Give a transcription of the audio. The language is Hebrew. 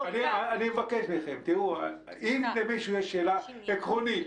אם למישהו יש שאלה עקרונית